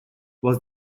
was